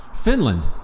Finland